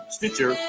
Stitcher